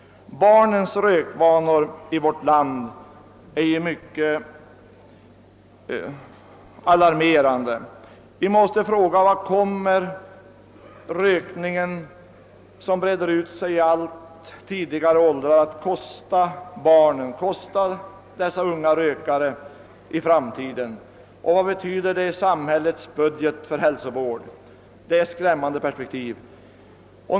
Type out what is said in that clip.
Barnens rökvanor i vårt land är ju mycket alarmerande. Vi måste fråga: Vad kommer rökningen, som breder ut sig i allt tidigare åldrar, att kosta dessa unga rökare i framtiden, och vad betyder den i samhällets budget för hälsovård? Det är ett skrämmande perspektiv.